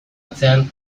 atzean